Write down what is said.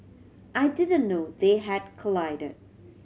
I didn't know they had collided